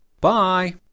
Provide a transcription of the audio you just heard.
Bye